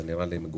זה נראה לי מגוחך.